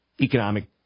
economic